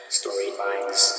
storylines